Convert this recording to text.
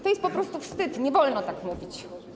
To jest po prostu wstyd, nie wolno tak mówić.